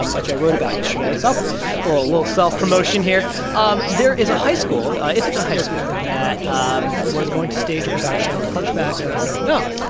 um which i wrote about yesterday self little little self-promotion here um there is a high school ithaca high school that um was going to stage a production of the hunchback ah of notre dame. um